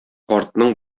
картның